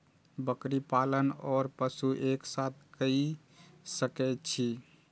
बकरी पालन ओर पशु एक साथ कई सके छी?